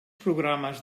programes